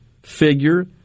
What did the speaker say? figure